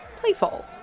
playful